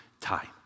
time